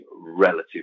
relative